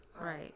Right